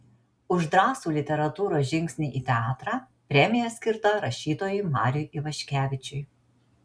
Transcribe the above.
už drąsų literatūros žingsnį į teatrą premija skirta rašytojui mariui ivaškevičiui